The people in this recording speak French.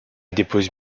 dépose